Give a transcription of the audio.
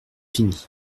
fini